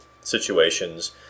situations